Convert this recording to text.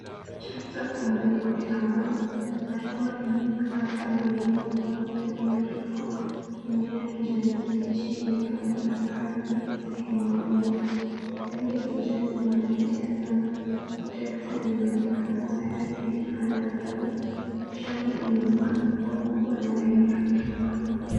Trekta kubwa liko shambani na shamba inaonekana kuwa imelimwa kwa mistari mirefu. Mimea ya kijani kibichi imefunika ardhi sehemu kubwa, rangi ya kijani inavutia sana. Trekta linaonekana tayari likifanya kazi. Shamba linaonekana kuwa kubwa na lenye rotuba.